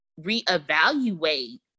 reevaluate